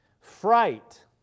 Fright